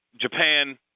Japan